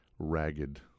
ragged